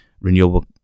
renewable